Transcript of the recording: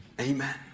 Amen